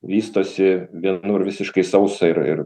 vystosi vienur visiškai sausa ir ir